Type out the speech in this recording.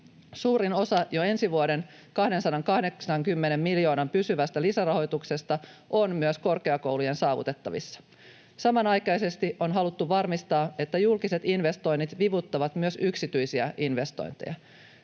Suurin osa jo ensi vuoden 280 miljoonan pysyvästä lisärahoituksesta on myös korkeakoulujen saavutettavissa. Samanaikaisesti on haluttu varmistaa, että julkiset investoinnit vivuttavat myös yksityisiä investointeja.